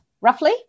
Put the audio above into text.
roughly